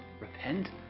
repent